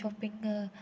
shopping